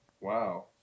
Wow